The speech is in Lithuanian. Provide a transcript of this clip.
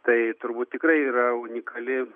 tai turbūt tikrai yra unikali